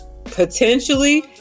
potentially